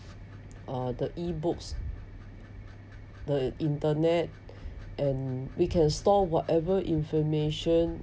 uh the e-books the internet and we can store whatever information